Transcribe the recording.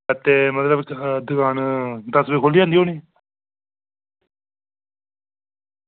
ते मतलब दकान दस्स बजे खुह्ल्ली जंदी होनी